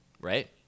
right